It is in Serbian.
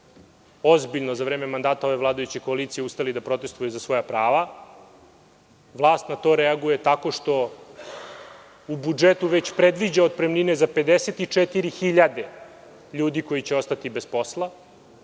ozbiljno za vreme mandata ove vladajuće koalicije uspeli da protestuju za svoja prava, vlast na to reaguje tako što u budžetu već predviđa otpremnine za 54.000 ljudi koji će ostati bez posla